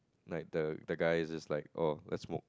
like the the guys is like oh let's smoke